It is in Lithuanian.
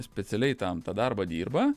specialiai tam tą darbą dirba